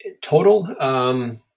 total